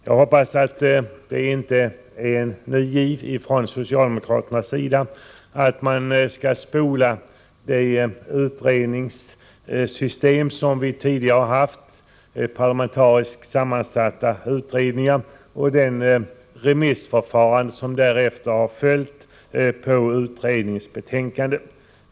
Jag hoppas att det inte är en ny giv från socialdemokraternas sida, att spola det utredningssystem som vi tidigare har haft, med parlamentariskt sammansatta utredningar och det remissförfarande som därefter har följt beträffande utredningsbetänkandet.